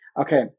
okay